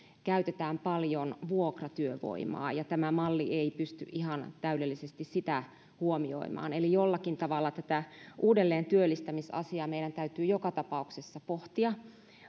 käytetään paljon vuokratyövoimaa ja tämä malli ei pysty ihan täydellisesti sitä huomioimaan eli jollakin tavalla tätä uudelleentyöllistämisasiaa meidän täytyy joka tapauksessa pohtia